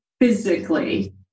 physically